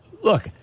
look –